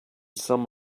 some